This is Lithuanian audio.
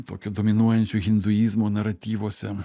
tokio dominuojančio hinduizmo naratyvuose